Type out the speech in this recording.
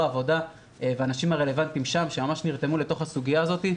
העבודה והאנשים הרלוונטיים שם שממש נרתמו לסוגיה הזו.